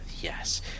Yes